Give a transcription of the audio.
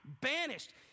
banished